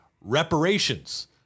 reparations